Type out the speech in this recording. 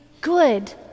good